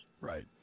Right